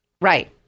Right